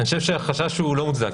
אני חושב שהחשש לא מוצדק.